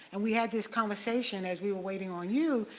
and we had this conversation as we were waiting on you.